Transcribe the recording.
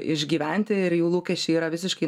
išgyventi ir jų lūkesčiai yra visiškai